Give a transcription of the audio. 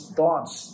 thoughts